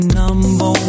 number